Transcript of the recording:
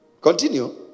Continue